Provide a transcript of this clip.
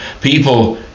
People